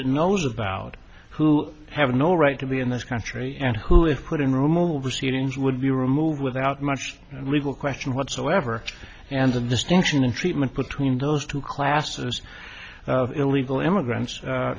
it knows about who have no right to be in this country and who if put in room over ceilings would be removed without much legal question whatsoever and the distinction in treatment could tween those two classes of illegal immigrants